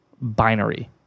binary